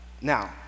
Now